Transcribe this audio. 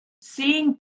seeing